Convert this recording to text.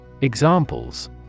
Examples